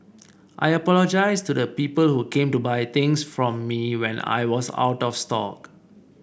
I apologise to the people who came to buy things from me when I was out of stock